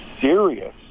serious